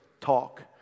talk